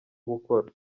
gukora